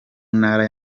ntara